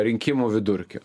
rinkimų vidurkiu